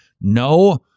No